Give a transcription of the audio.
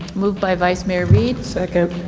move by vice mayor reid. second.